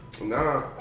Nah